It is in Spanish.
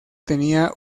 tenía